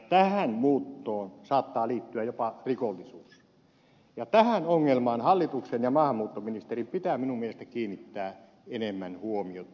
tähän muuttoon saattaa liittyä jopa rikollisuus ja tähän ongelmaan hallituksen ja maahanmuuttoministerin pitää minun mielestäni kiinnittää enemmän huomiota